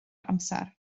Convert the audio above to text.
amser